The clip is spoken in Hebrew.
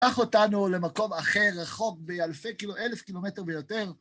קח אותנו למקום אחר רחוק באלף קילומטר ויותר.